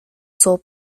sole